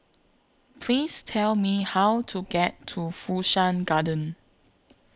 Please Tell Me How to get to Fu Shan Garden